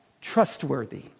trustworthy